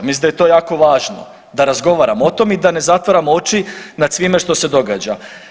Mislim da je to jako važno da razgovaramo o tome i da ne zatvaramo oči nad svime što se događa.